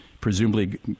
presumably –